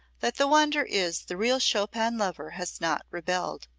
that the wonder is the real chopin lover has not rebelled.